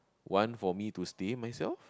one for me to stay myself